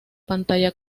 pantalla